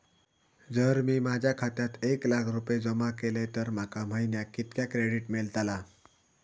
जर मी माझ्या खात्यात एक लाख रुपये जमा केलय तर माका महिन्याक कितक्या क्रेडिट मेलतला?